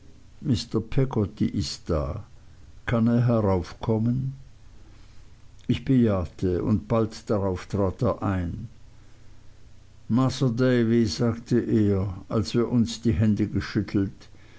peggotty ist da kann er heraufkommen ich bejahte und bald darauf trat er ein masr davy sagte er als wir uns die hände geschüttelt